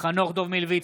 חנוך דב מלביצקי,